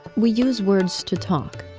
we use words to talk.